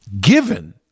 given